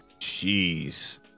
Jeez